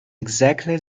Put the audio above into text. exactly